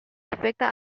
afecta